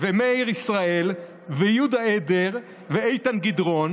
ומאיר ישראל ויהודה עדר ואיתן גדרון,